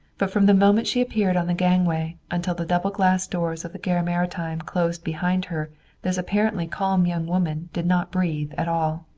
but from the moment she appeared on the gangway until the double glass doors of the gare maritime closed behind her this apparently calm young woman did not breathe at all.